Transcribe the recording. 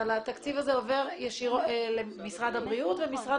אבל התקציב הזה עובר למשרד הבריאות ומשרד